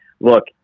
look